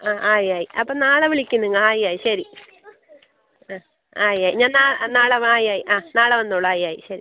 ആ ആയി ആയി അപ്പോൾ നാളെ വിളിക്ക് നിങ്ങൾ ആയി ആയി ശരി ആ ആയി ആയി ഞാൻ നാ ആയി ആയി നാളെ വന്നോളൂ ആയി ആയി ശരി